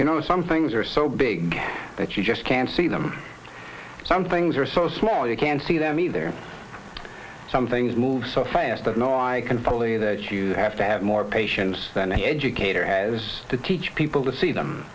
you know some things are so big that you just can't see them some things are so small you can't see them ie they're some things move so fast that no i can fully that you have to have more patience than an educator has to teach people to see them